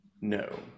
No